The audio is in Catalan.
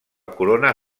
corona